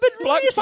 black